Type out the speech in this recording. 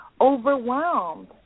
overwhelmed